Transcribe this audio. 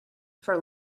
for